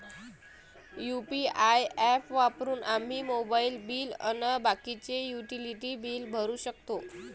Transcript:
UPI app वापरून आम्ही mobile bill अन बाकीचे युटिलिटी बिल भरू शकतो